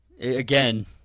again